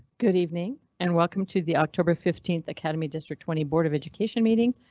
good evening and welcome to the october fifteenth academy district. twenty board of education meeting.